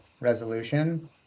resolution